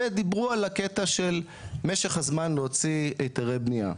ודיברו על הקטע של משך הזמן להוציא היתרי בניה,